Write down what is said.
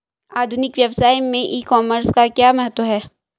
आधुनिक व्यवसाय में ई कॉमर्स का क्या महत्व है?